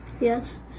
Yes